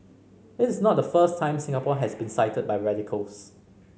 it is not the first time Singapore has been cited by radicals